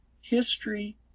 history